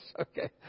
Okay